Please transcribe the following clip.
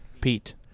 Pete